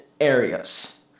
areas